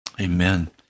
Amen